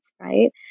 right